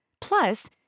Plus